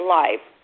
life